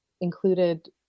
included